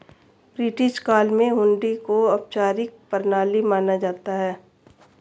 British काल में हुंडी को औपचारिक प्रणाली माना जाता था